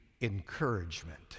encouragement